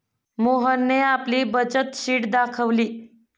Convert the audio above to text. मोहनने आपली बचत शीट दाखवली